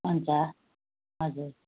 हुन्छ हजुर